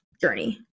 journey